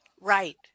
Right